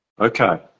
Okay